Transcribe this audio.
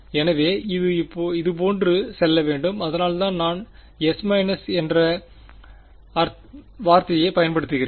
எனவே இது இதுபோன்று செல்ல வேண்டும் அதனால்தான் நான் S− என்ற வார்த்தையைப் பயன்படுத்துகிறேன்